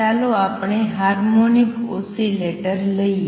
ચાલો આપણે harmonic oscillator લઈએ